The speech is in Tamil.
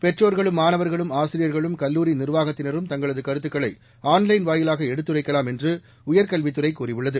பெற்றோர்களும் மாணவர்களும் ஆசிரியர்களும் கல்லூரி நிர்வாகத்தினரும் தங்களது கருத்துக்களை ஆன்லைன் வாயிலாக எடுத்துரைக்கலாம் என்று உயர்கல்வித்துறை கூறியுள்ளது